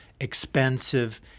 expensive